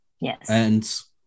yes